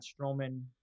Strowman